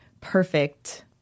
perfect